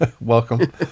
Welcome